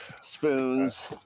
spoons